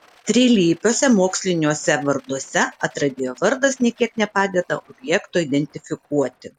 trilypiuose moksliniuose varduose atradėjo vardas nė kiek nepadeda objekto identifikuoti